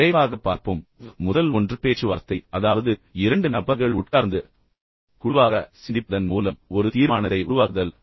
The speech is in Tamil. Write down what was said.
விரைவாக பார்ப்போம் முதல் ஒன்று பேச்சுவார்த்தை அதாவது இரண்டு நபர்கள் உட்கார்ந்து பேசுவதன் மூலம் மற்றும் குழுவாக சிந்திப்பதன் மூலம் ஒன்றாக ஒரு தீர்மானத்தை உருவாக்குதல்